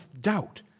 doubt